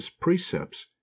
precepts